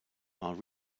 are